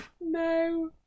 No